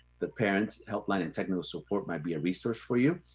the parent helpline and technical support might be a resource for you.